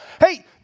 Hey